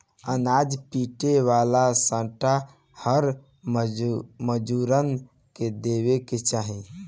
अनाज पीटे वाला सांटा हर मजूरन के देवे के चाही